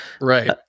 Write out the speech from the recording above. right